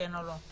כן או לא.